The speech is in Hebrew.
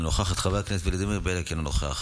אינה נוכחת,